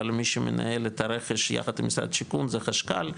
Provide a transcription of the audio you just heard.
אבל מי שמנהל את הרכש יחד עם משרד השיכון זה חשכ"ל,